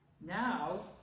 Now